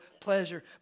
pleasure